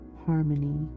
harmony